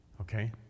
Okay